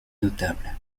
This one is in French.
notable